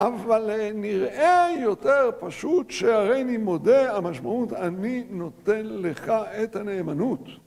אבל נראה יותר פשוט שהריני מודה, המשמעות, אני נותן לך את הנאמנות.